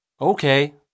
Okay